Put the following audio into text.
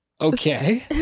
Okay